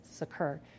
occur